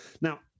now